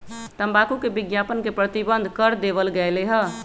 तंबाकू के विज्ञापन के प्रतिबंध कर देवल गयले है